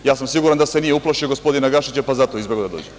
Ja sam sigurna da se nije uplašio gospodina Gašića, pa zato izbegao da dođe.